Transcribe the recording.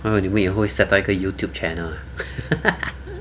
做么你们以后也会 set up 一个 youtube channel ah